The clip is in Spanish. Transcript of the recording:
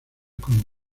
como